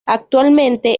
actualmente